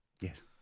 Yes